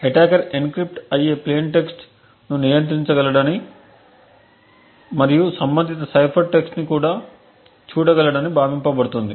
attacker encrypt అయ్యే plain text ను నియంత్రించగలడని మరియు సంబంధిత సైఫర్ టెక్స్ట్ని కూడా చూడగలడని భావించబడుతుంది